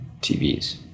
TVs